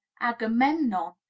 agamemnon